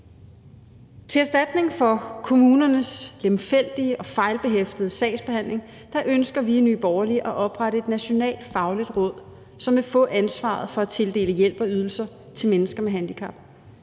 Til erstatning for kommunernes lemfældige og fejlbehæftede sagsbehandling ønsker vi i Nye Borgerlige at oprette et nationalt fagligt råd, som vil få ansvaret for at tildele hjælp og ydelser til mennesker med handicap